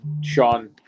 Sean